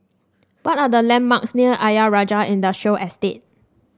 what are the landmarks near Ayer Rajah Industrial Estate